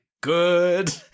good